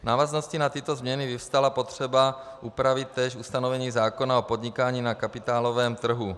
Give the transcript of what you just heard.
V návaznosti na tyto změny vyvstala potřeba upravit též ustanovení zákona o podnikání na kapitálovém trhu.